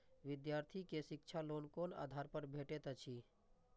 विधार्थी के शिक्षा लोन कोन आधार पर भेटेत अछि?